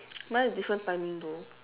mine is different timing though